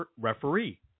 referee